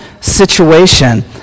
situation